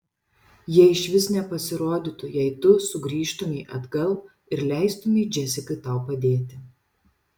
jie išvis nepasirodytų jei tu sugrįžtumei atgal ir leistumei džesikai tau padėti